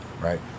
right